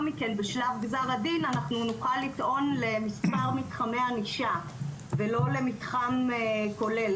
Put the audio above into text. מכן בשלב גזר הדין אנחנו נוכל לטעון למספר מתחמי ענישה ולא למתחם כולל.